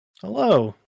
Hello